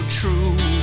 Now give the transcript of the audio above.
true